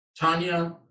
Tanya